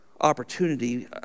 opportunity